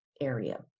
area